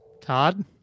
todd